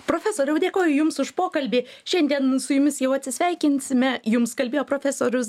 profesoriau dėkoju jums už pokalbį šiandien su jumis jau atsisveikinsime jums kalbėjo profesorius